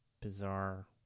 bizarre